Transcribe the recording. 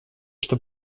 что